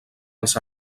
els